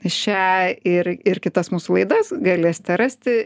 šią ir ir kitas mūsų laidas galėsite rasti